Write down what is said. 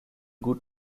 gut